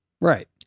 right